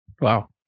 Wow